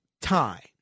tie